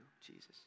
Jesus